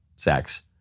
sex